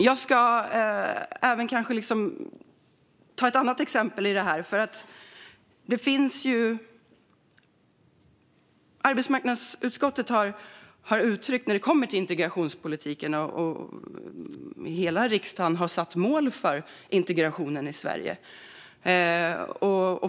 Jag kan även ta upp ett annat exempel. Riksdagen har satt mål för integrationen i Sverige.